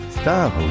star